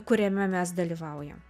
kuriame mes dalyvaujam